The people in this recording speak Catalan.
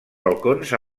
balcons